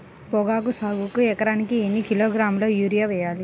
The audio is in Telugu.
పొగాకు సాగుకు ఎకరానికి ఎన్ని కిలోగ్రాముల యూరియా వేయాలి?